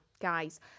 guys